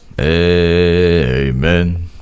Amen